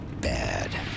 bad